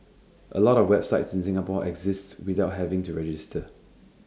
A lot of websites in Singapore exists without having to register